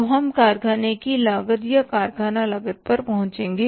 तो हम कारखाने की लागत या कारखाना लागत पर पहुँचेंगे